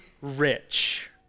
rich